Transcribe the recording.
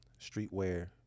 streetwear